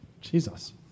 Jesus